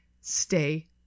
Stay